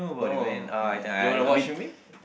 oh ya do you want to watch with me